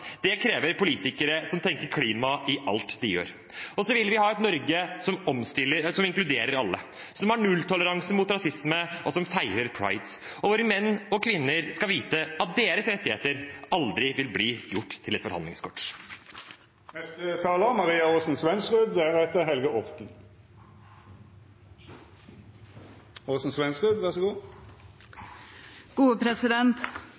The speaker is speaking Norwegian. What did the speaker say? Det krever politikere som tenker klima i alt de gjør. Og vi vil ha et Norge som inkluderer alle, som har nulltoleranse for rasisme, og som feirer Pride. Våre menn og kvinner skal vite at deres rettigheter aldri vil bli gjort til et